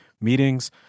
meetings